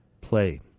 Play